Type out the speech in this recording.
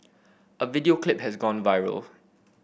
a video clip has gone viral